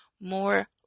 more